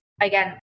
again